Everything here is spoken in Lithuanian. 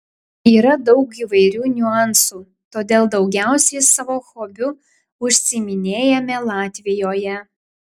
yra daug įvairių niuansų todėl daugiausiai savo hobiu užsiiminėjame latvijoje